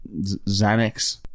Xanax